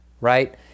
right